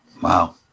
wow